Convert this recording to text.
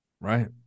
Right